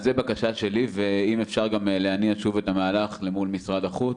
אז זו בקשה שלי ואם אפשר גם להניע שוב את המהלך למול משרד החוץ,